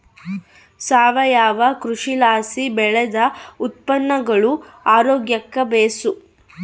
ಸಾವಯವ ಕೃಷಿಲಾಸಿ ಬೆಳ್ದ ಉತ್ಪನ್ನಗುಳು ಆರೋಗ್ಯುಕ್ಕ ಬೇಸು